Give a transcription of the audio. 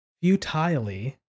futilely